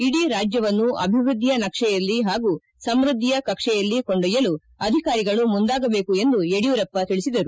ಇಡೀ ರಾಜ್ಯವನ್ನು ಅಭಿವೃದ್ದಿಯ ನಕ್ಷೆಯಲ್ಲಿ ಹಾಗೂ ಸಮೃದ್ದಿಯ ಕಕ್ಷೆಯಲ್ಲಿ ಕೊಂಡೊಯೊಲು ಅಧಿಕಾರಿಗಳು ಮುಂದಾಗಬೇಕು ಎಂದು ಯಡಿಯೂರಪ್ಪ ತಿಳಿಸಿದರು